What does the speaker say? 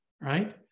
right